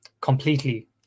completely